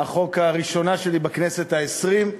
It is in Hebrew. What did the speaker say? החוק הראשונה שלי בכנסת העשרים,